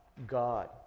God